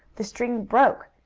the string broke,